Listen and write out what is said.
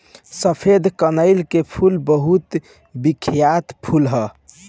सफेद कनईल के फूल बहुत बिख्यात फूल ह